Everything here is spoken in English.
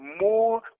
more